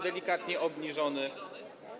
delikatnie obniżony.